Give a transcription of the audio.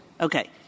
Okay